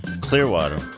clearwater